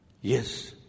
Yes